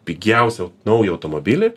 pigiausią naują automobilį